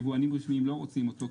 יבואנים רשמיים לא רוצים אותו,